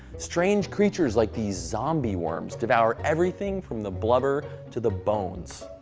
strange creatures like these zombie worms devour everything from the blubber to the bones.